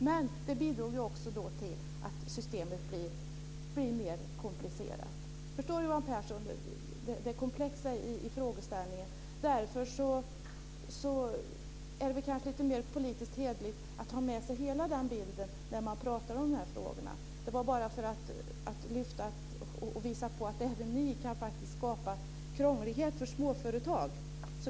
Men det bidrog också till att systemet blev mer komplicerat. Förstår Johan Pehrson det komplexa i frågeställningen? Det kanske är mer politiskt hederligt att ha med sig hela bilden när man pratar om dessa frågor. Jag ville visa på att även ni kan skapa krångligheter för småföretag.